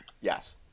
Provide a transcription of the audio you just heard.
Yes